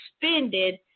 suspended